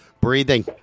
Breathing